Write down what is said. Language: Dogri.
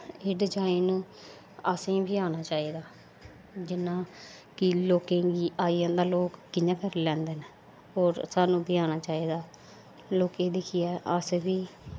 एह् डिज़ाइन असेंगी बी औंनी चाहिदी जि'यां कि लोकें गी आई जंदा कि लोग कि'यां करी लैंदे न होर सानूं बी औंना चाहिदा लोकें गी दिक्खियै अस बी